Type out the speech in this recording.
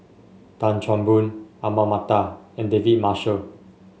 Tan Chan Boon Ahmad Mattar and David Marshall